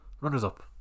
Runners-up